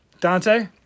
Dante